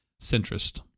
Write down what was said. centrist